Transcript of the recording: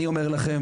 אני אומר לכם,